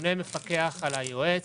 הממונה מפקח על היועץ,